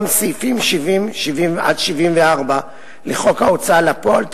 גם סעיפים 70 74 לחוק ההוצאה לפועל,